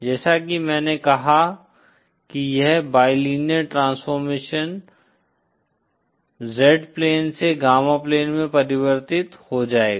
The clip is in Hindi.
जैसा कि मैंने कहा कि यह बाइलिनेअर ट्रांसफॉर्मेशन Z प्लेन से गामा प्लेन में परिवर्तित हो जाएगा